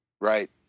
Right